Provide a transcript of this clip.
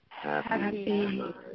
Happy